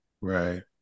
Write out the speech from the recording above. Right